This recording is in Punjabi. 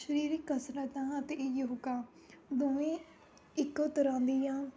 ਸਰੀਰਕ ਕਸਰਤਾਂ ਅਤੇ ਯੋਗਾ ਦੋਵੇਂ ਇੱਕੋ ਤਰ੍ਹਾਂ ਦੀਆਂ